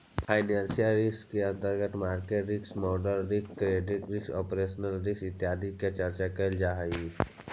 financial risk के अंतर्गत market risk, model risk, credit risk, operational risk इत्यादि के चर्चा कैल जा हई